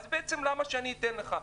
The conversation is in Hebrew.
אז למה שאני אתן לך?